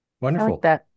Wonderful